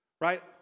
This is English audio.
right